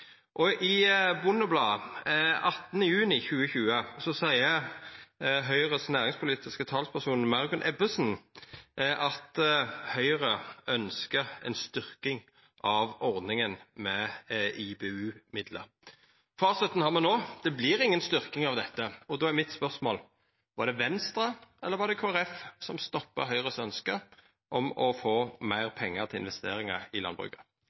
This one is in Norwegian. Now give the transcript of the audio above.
I Bondebladet 18. juni 2020 seier Høgres næringspolitiske talsperson Margunn Ebbesen at Høgre ønskjer ei styrking av ordninga med IBU-midlar. Fasiten har me no. Det vert inga styrking av dette. Mitt spørsmål er: Var det Venstre eller Kristeleg Folkeparti som stoppa Høgres ønskje om å få meir pengar til investeringar i landbruket?